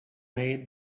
made